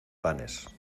panes